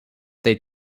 they